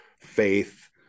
faith